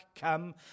come